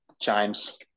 chimes